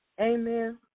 Amen